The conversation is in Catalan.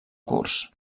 curs